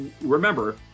remember